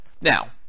Now